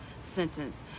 Sentence